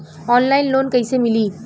Online loan कइसे मिली?